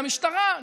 המשטרה.